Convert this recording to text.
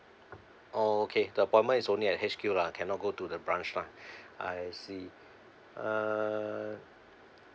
okay the appointment is only at H_Q lah cannot go to the branch lah I see uh